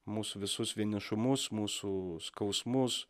mūsų visus vienišumus mūsų skausmus